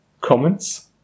Comments